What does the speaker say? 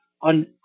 on